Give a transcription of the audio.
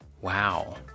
Wow